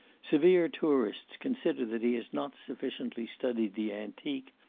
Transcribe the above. severe tourists consider that he has not sufficiently studied the antique,